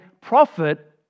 prophet